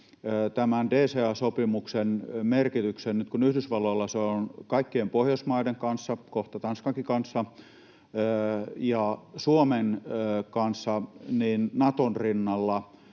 tämän DCA-sopimuksen merkityksen Naton rinnalla nyt, kun Yhdysvalloilla se on kaikkien Pohjoismaiden kanssa, kohta Tanskankin kanssa ja Suomen kanssa? Mitä merkitystä